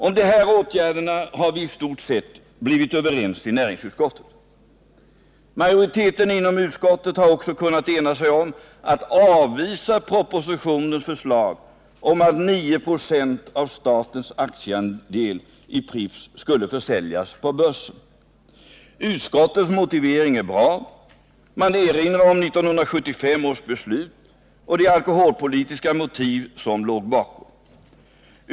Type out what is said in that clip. Om de här åtgärderna har vi i stort sett blivit överens i näringsutskottet. Majoriteten inom utskottet har också kunnat ena sig om att avvisa propositionens förslag om att 9 96 av statens aktieandel i Pripps skulle försäljas på börsen. Utskottets motivering är bra. Man erinrar om 1975 års beslut och de alkoholpolitiska motiv som låg bakom.